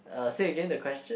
uh say again the question